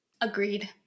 Agreed